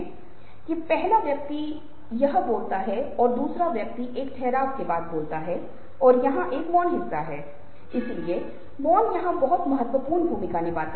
इसलिए जो भी गुस्सा या क्रोध या उस व्यक्ति को उदासी है जो छात्र महसूस कर रहा है वह यह प्रदर्शित नहीं करता है